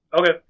Okay